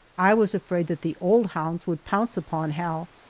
i was afraid that the old hounds would pounce upon hal,